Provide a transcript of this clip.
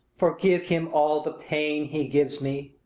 forgive him all the pain he gives me!